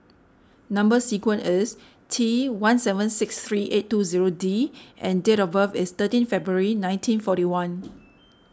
Number Sequence is T one seven six three eight two zero D and date of birth is thirteen February nineteen forty one